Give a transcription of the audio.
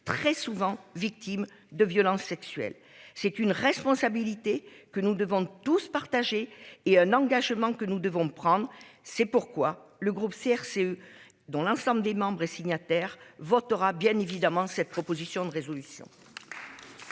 très souvent victimes de violences sexuelles. C'est une responsabilité que nous devons tous partager et un engagement que nous devons prendre. C'est pourquoi le groupe CRCE dans l'ensemble des membres et signataire votera bien évidemment cette proposition de résolution.